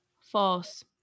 False